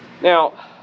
Now